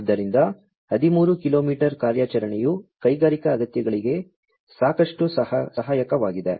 ಆದ್ದರಿಂದ 13 ಕಿಲೋಮೀಟರ್ ಕಾರ್ಯಾಚರಣೆಯು ಕೈಗಾರಿಕಾ ಅಗತ್ಯಗಳಿಗೆ ಸಾಕಷ್ಟು ಸಹಾಯಕವಾಗಿದೆ